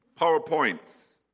PowerPoints